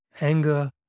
anger